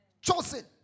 chosen